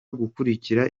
gukurikira